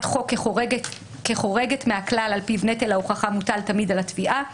חוק כחורגת מהכלל על פיו נטל ההוכחה מוטל תמיד על התביעה,